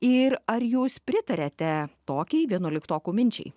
ir ar jūs pritariate tokiai vienuoliktokų minčiai